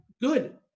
Good